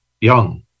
young